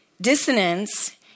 Dissonance